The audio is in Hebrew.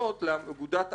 לאגודת אמנה